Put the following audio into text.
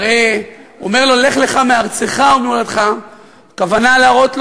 הרי אומר לו: "לך לך מארצך וממולדתך" הכוונה להראות לו,